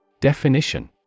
Definition